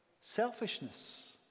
selfishness